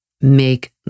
make